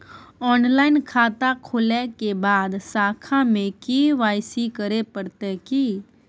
Online खाता खोलै के बाद शाखा में के.वाई.सी करे परतै की?